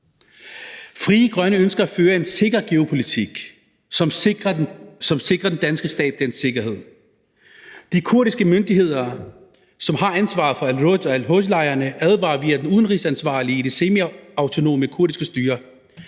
Frie Grønne ønsker at føre en sikker geopolitik, som sikrer den danske stat dens sikkerhed. De kurdiske myndigheder, som har ansvaret for al-Roj- og al-Hol-lejrene, advarer via den udenrigsansvarlige i det semiautonome kurdiske styre